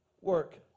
work